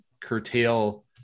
curtail